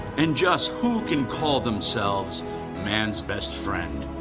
and just who can call themselves man's best friend.